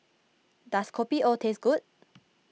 does Kopi O taste good